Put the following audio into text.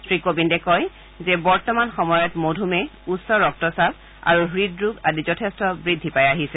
শ্ৰীকোবিন্দে কয় যে বৰ্তমান সময়ত মধুমেহ উচ্চ ৰক্তচাপ আৰু হৃদৰোগ আদি যথেষ্ঠ বৃদ্ধি পাই আছে